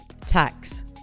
tax